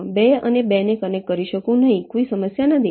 2 અને 2ને કનેક્ટ કરી શકું છું કોઈ સમસ્યા નથી